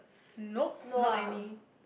nope not any